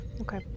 okay